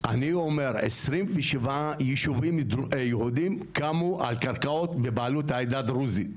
אני אומר 27 ישובים יהודים קמו על קרקעות בבעלות העדה הדרוזית,